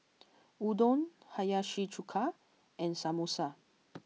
Udon Hiyashi Chuka and Samosa